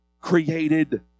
created